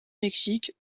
mexique